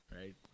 right